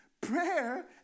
Prayer